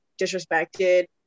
disrespected